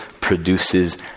produces